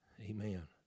Amen